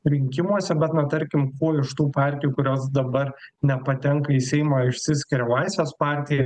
rinkimuose bet na tarkim kuo iž tų partijų kurios dabar nepatenka į seimą išsiskiria laisvės partija